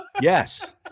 Yes